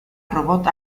robot